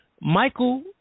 Michael